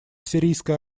сирийской